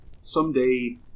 someday